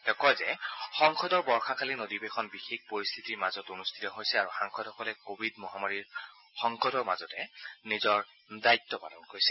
তেওঁ কয় যে সংসদৰ বৰ্ষাকালীন অধিৱেশন বিশেষ পৰিস্থিতিৰ মাজত অনুষ্ঠিত হৈছে আৰু সাংসদসকলে কোৱিড মহামাৰীৰ সংকটৰ মাজতে নিজৰ দায়িত্ব পালন কৰি আছে